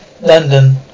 London